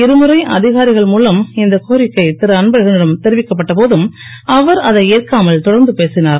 இருமுறை அதிகாரிகள் மூலம் இந்த கோரிக்கை திரு அன்பழகனிடம் தெரிவிக்கப்பட்ட போதும் அவர் அதை ஏற்காமல் தொடர்ந்து பேசினார்